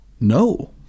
No